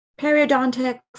periodontics